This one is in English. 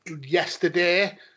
yesterday